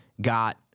got